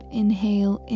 inhale